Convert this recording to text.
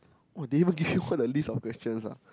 !wah! they even give you all the list of questions ah